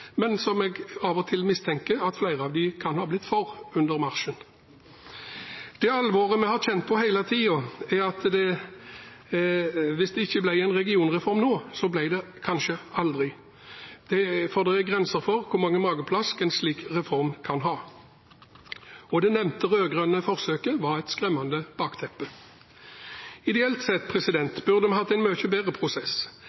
men som jeg av og til mistenker at flere av dem kan ha blitt for under marsjen. Det alvoret vi har kjent på hele tiden, er at hvis det ikke ble en regionreform nå, så ble det kanskje aldri, for det er grenser for hvor mange mageplask en slik reform kan ha, og det nevnte rød-grønne forsøket var et skremmende bakteppe. Ideelt sett